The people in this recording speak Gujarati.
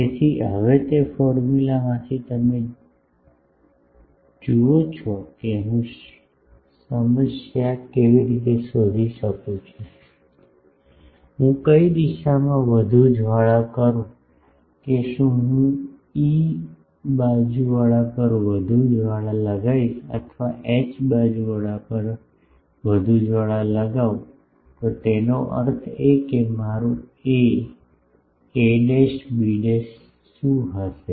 તેથી હવે તે ફોર્મ્યુલાથી તમે જુઓ છો કે સમસ્યા હું કેવી રીતે શોધી શકું છું કે હું કઈ દિશામાં વધુ જ્વાળા કરું કે શું હું ઇ બાજુ પર વધુ જ્વાળા લગાવીશ અથવા એચ બાજુ વધુ જ્વાળા તેનો અર્થ એ કે મારું એ એબી શું હશે